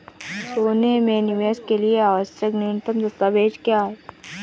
सोने में निवेश के लिए आवश्यक न्यूनतम दस्तावेज़ क्या हैं?